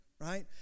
right